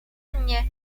mnie